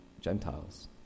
Gentiles